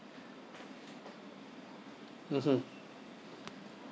mmhmm